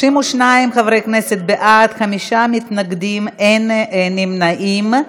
32 חברי כנסת בעד, חמישה מתנגדים, אין נמנעים.